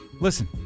listen